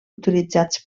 utilitzats